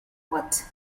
what